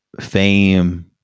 fame